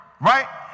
right